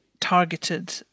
targeted